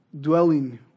Dwelling